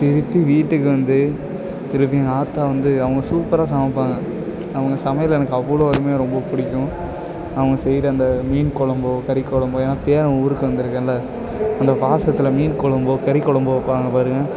திருப்பி வீட்டுக்கு வந்து திருப்பி எங்கள் ஆத்தா வந்து அவங்க சூப்பராக சமைப்பாங்கள் அவங்க சமையல் எனக்கு அவ்வளோ அருமையாக ரொம்ப பிடிக்கும் அவங்க செய்கிற அந்த மீன் குழம்போ கறி குழம்போ ஏன்னா பேரன் ஊருக்கு வந்திருக்கேன்ல அந்த பாசத்தில் மீன் குழம்போ கறி குழம்போ வைப்பாங்க பாருங்கள்